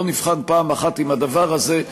בואו נבחן פעם אחת אם הדבר הזה,